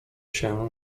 się